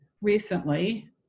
recently